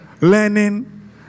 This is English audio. learning